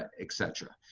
et cetera.